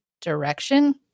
direction